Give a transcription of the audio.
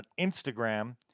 Instagram